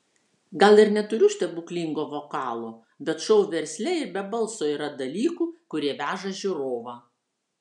gal ir neturiu stebuklingo vokalo bet šou versle ir be balso yra dalykų kurie veža žiūrovą